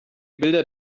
bilder